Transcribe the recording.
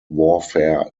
warfare